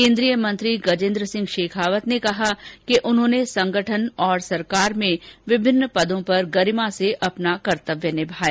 केन्द्रीय मंत्री गजेन्द्र सिंह शेखावत ने कहा कि उन्होंने संगठन और सरकार में विभिन्न पदों पर गरिमा से अपना कर्तव्य निभाया